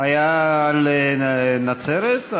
היה על נצרת,